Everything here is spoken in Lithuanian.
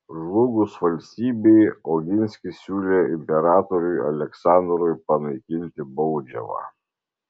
žlugus valstybei oginskis siūlė imperatoriui aleksandrui panaikinti baudžiavą